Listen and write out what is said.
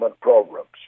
programs